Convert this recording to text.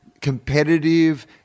competitive